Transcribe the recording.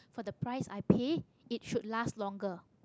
for the price i pay it should last longer